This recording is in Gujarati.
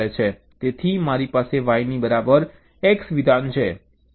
તેથી મારી પાસે Y ની બરાબર X વિધાન છે